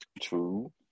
True